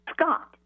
Scott